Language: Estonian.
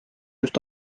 just